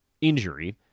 injury